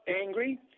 angry